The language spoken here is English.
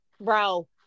Bro